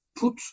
put